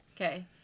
Okay